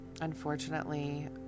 unfortunately